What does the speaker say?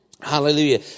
Hallelujah